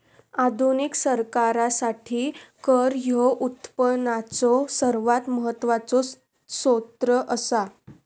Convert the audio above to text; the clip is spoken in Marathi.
आधुनिक सरकारासाठी कर ह्यो उत्पनाचो सर्वात महत्वाचो सोत्र असा